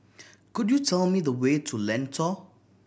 could you tell me the way to Lentor